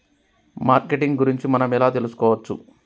Marketing గురించి మనం ఎలా తెలుసుకోవచ్చు?